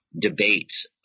debates